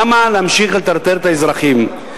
למה להמשיך לטרטר את האזרחים?